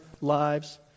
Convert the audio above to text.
lives